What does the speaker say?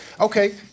okay